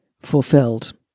fulfilled